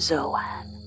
Zoan